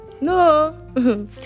no